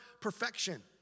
perfection